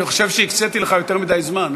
אני חושב שהקציתי לך יותר מדי זמן.